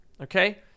okay